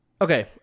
Okay